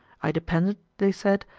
i depended, they said,